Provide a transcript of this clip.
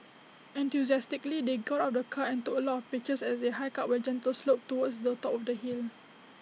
enthusiastically they got out of the car and took A lot of pictures as they hiked up A gentle slope towards the top of the hill